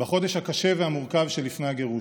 בחודש הקשה והמורכב שלפני הגירוש.